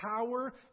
power